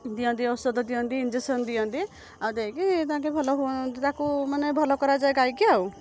ଦିଅନ୍ତି ଔଷଧ ଦିଅନ୍ତି ଇଞ୍ଜେକସନ୍ ଦିଅନ୍ତି ଆଉ ଦେଇକି ତାଙ୍କେ ଭଲ ହୁଅନ୍ତି ତାକୁ ମାନେ ଭଲ କରାଯାଏ ଗାଈକୁ ଆଉ